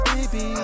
Baby